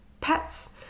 pets